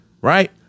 Right